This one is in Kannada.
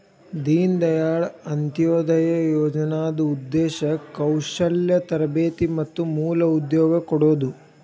ದೇನ ದಾಯಾಳ್ ಅಂತ್ಯೊದಯ ಯೋಜನಾದ್ ಉದ್ದೇಶ ಕೌಶಲ್ಯ ತರಬೇತಿ ಮತ್ತ ಮೂಲ ಉದ್ಯೋಗ ಕೊಡೋದು